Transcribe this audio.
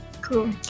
Cool